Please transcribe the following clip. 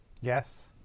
Yes